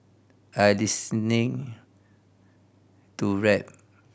I listening to rap